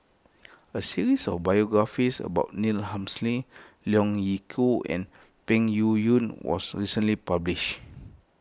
a series of biographies about Neil Humphreys Leong Yee Soo and Peng Yuyun was recently published